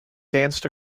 danced